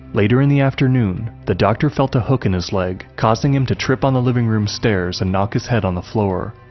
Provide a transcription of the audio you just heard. later in the afternoon, the doctor felt a hook in his leg, causing him to trip on the living room stairs and knock his head on the floor.